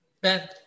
Ben